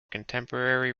contemporary